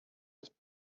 his